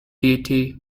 deity